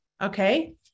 okay